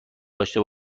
داشته